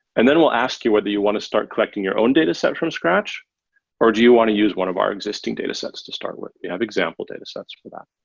and then we'll ask you whether you want to start collecting your own dataset from scratch or do you want to use one of our existing datasets to start with. we have example datasets for that.